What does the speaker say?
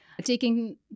Taking